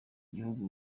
gihugu